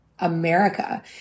America